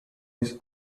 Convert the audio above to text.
his